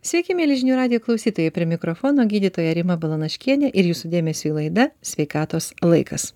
sveiki mieli žinių radijo klausytojai prie mikrofono gydytoja rima balanaškienė ir jūsų dėmesiui laida sveikatos laikas